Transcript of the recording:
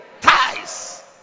Ties